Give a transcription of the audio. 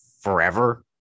forever